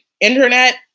internet